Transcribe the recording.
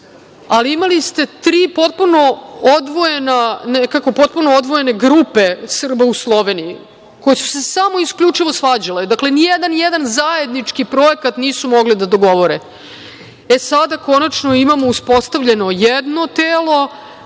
ste nekako tri potpuno odvojene grupe Srba u Sloveniji, koji su se samo isključivo svađale. Dakle, nijedan zajednički projekat nisu mogli da dogovore. E, sada, konačno imamo uspostavljeno jedno telo,